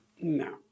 No